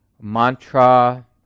Mantra